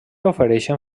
ofereixen